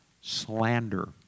slander